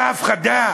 על ההפחדה?